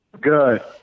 Good